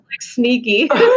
sneaky